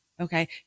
Okay